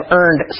earned